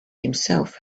himself